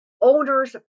owner's